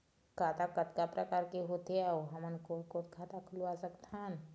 खाता कतका प्रकार के होथे अऊ हमन कोन कोन खाता खुलवा सकत हन?